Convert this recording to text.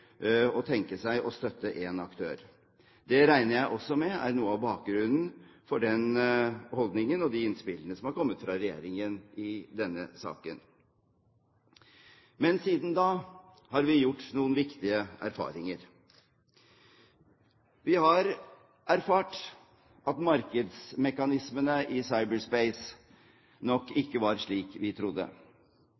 å tenke seg å støtte én aktør. Det regner jeg med også er noe av bakgrunnen for den holdningen og de innspillene som er kommet fra regjeringen i denne saken. Men siden den gang har vi gjort noen viktige erfaringer. Vi har erfart at markedsmekanismene i cyberspace nok